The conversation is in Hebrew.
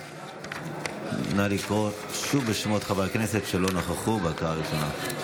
בעד נא לקרוא שוב בשמות חברי הכנסת שלא נכחו בהקראה ראשונה.